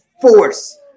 force